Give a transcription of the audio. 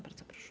Bardzo proszę.